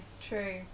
true